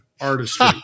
artistry